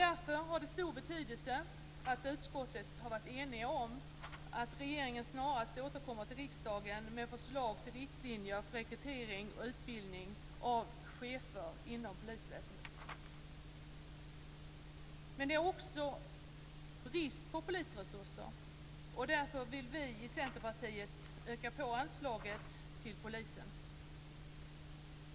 Därför har det stor betydelse att utskottet har varit enigt om att regeringen snarast återkommer till riksdagen med förslag till riktlinjer för rekrytering och utbildning av chefer inom polisväsendet. Men det är också brist på polisresurser. Därför vill vi i Centerpartiet öka på anslaget till polisen.